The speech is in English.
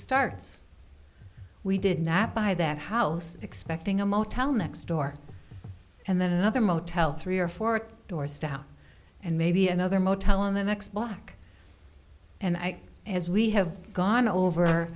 starts we did not buy that house expecting a motel next door and then another motel three or four doors down and maybe another motel in the next block and i as we have gone over